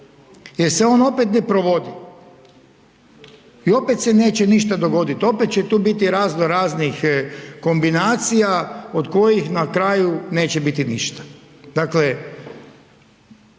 jel se on opet ne provodi i opet se neće ništa dogoditi, opet će tu biti raznoraznih kombinacija od kojih na kraju neće biti ništa.